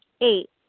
Eight